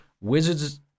Wizards